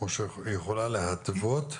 שיכולה להתוות,